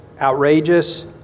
outrageous